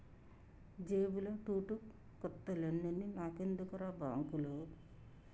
జేబుల తూటుకొత్త లేనోన్ని నాకెందుకుర్రా బాంకులు